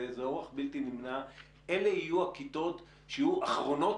באיזה אורח בלתי נמנע אלה יהיו הכיתות שיהיו אחרונות